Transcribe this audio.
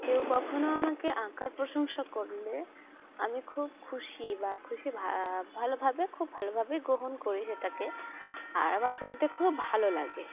কেউ কখনও আমাকে আঁকার প্রশংসা করলে আমি খুব খুশি বা খুশি ভালোভাবে খুব ভালোভাবেই গ্রহণ করি সেটাকে আর আমার শুনতে খুব ভালো লাগে